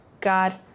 God